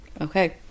Okay